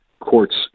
courts